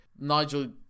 Nigel